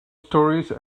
stories